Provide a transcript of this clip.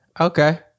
okay